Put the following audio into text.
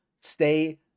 stay